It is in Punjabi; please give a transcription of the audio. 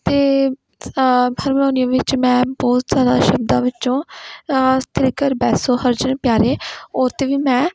ਅਤੇ ਹਰਮੋਨੀਅਮ ਵਿੱਚ ਮੈਂ ਬਹੁਤ ਜ਼ਿਆਦਾ ਸ਼ਬਦਾਂ ਵਿੱਚੋਂ ਸਿਰ ਘਰ ਬੈਸੋ ਹਰਜਨ ਪਿਆਰੇ ਉਸ 'ਤੇ ਵੀ ਮੈਂ